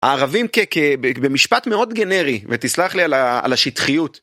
הערבים, במשפט מאוד גנרי, ותסלח לי על השטחיות.